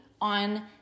on